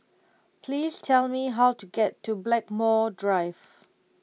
please tell me how to get to Blackmore Drive